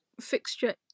fixture